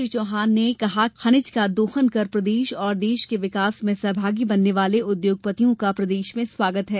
श्री चौहान ने कहा कि खनिज का दोहन कर प्रदेश और देश के विकास में सहभागी बनने वाले उद्योगपतियों का प्रदेश में स्वागत है